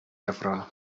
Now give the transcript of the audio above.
яфрагы